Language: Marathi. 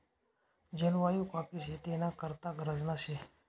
जलवायु काॅफी शेती ना करता गरजना शे